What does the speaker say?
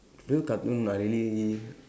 favourite cartoon I really